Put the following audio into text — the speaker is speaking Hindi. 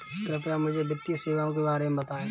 कृपया मुझे वित्तीय सेवाओं के बारे में बताएँ?